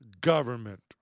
government